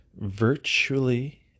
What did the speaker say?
Virtually